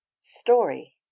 Story